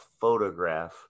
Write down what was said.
photograph